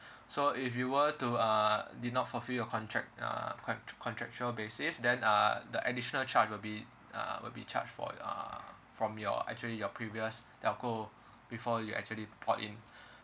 so if you were to uh did not fulfil your contract uh c~ contractual basis then uh the additional charge will be uh will be charge for uh from your actually your previous telco before you actually port in